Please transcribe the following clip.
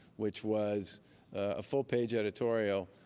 which was a full-page editorial,